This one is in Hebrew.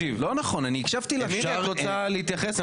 מירי, את רוצה להתייחס?